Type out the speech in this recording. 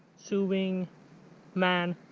sewing man?